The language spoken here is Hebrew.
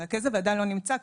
מרכז הוועדה לא נמצא כאן,